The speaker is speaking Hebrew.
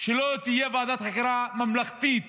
שלא תהיה ועדת חקירה ממלכתית